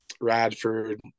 Radford